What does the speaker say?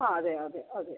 അതെ അതെ അതെ